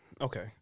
Okay